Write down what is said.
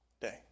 day